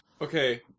Okay